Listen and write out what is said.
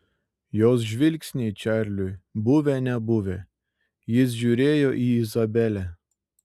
jos žvilgsniai čarliui buvę nebuvę jis žiūrėjo į izabelę